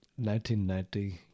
1990